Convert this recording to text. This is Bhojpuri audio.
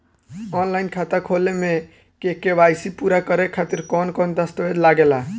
आनलाइन खाता खोले में के.वाइ.सी पूरा करे खातिर कवन कवन दस्तावेज लागे ला?